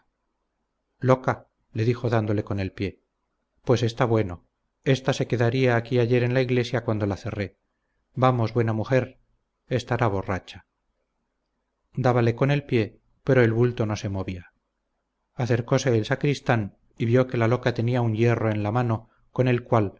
loca loca le dijo dándole con el pie pues está bueno ésta se quedaría aquí ayer en la iglesia cuando la cerré vamos buena mujer estará borracha dábale con el pie pero el bulto no se movía acercóse el sacristán y vio que la loca tenía un hierro en la mano con el cual